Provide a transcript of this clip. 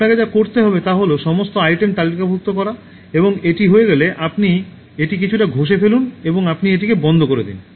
আপনাকে যা করতে হবে তা হল সমস্ত আইটেম তালিকাভুক্ত করা এবং এটি হয়ে গেলে আপনি এটি কিছুটা ঘষে ফেলুন বা আপনি এটিকে বন্ধ করে দিন